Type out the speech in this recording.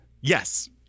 Yes